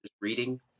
reading